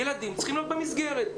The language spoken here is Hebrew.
הילדים צריכים להיות במסגרת.